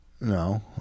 No